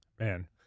Man